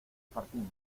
partimos